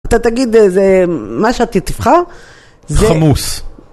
אתה תגיד איזה, מה שאתה תבחר, זה... חמוס.